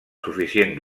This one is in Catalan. suficient